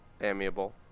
amiable